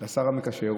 את השר המקשר,